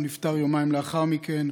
הוא נפטר יומיים לאחר מכן.